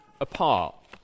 apart